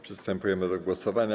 Przystępujemy do głosowania.